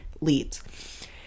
leads